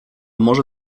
może